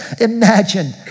Imagine